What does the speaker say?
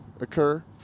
occur